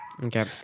Okay